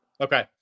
Okay